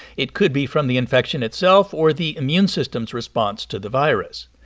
it could be from the infection itself or the immune system's response to the virus.